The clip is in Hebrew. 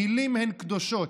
המילים הן קדושות,